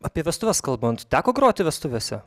apie vestuves kalbant teko groti vestuvėse